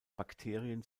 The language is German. bakterien